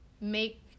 make